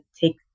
take